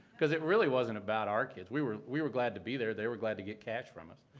because it really wasn't about our kids. we were we were glad to be there, they were glad to get cash from us.